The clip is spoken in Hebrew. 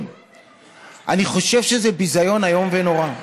אני חושב שזה ביזיון איום ונורא.